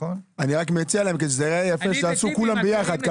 כדי שייראה יפה, שיעשו כולם ביחד.